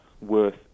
worth